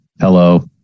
Hello